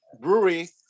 brewery